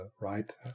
right